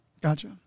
Gotcha